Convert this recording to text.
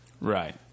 Right